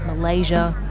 malaysia,